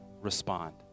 respond